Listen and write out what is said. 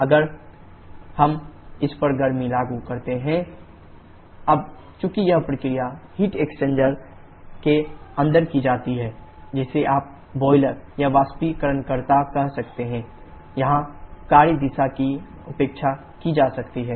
अगर हम इस पर गर्मी लागू करते हैं q451 W451h1 h4 अब चूंकि यह प्रक्रिया हीट एक्सचेंजर के अंदर की जाती है जिसे आप बॉयलर या बाष्पीकरणकर्ता कह रहे हैं यहां कार्य दिशा की उपेक्षा की जा सकती है